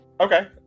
Okay